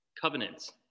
Covenants